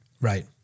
Right